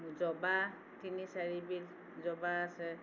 জবা তিনি চাৰিবিধ জবা আছে